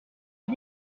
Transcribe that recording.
est